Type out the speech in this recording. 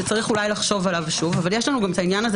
שצריך אולי לחשוב עליו שוב אבל יש את העניין הזה